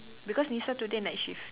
because Nisa today night shift